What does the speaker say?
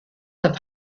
der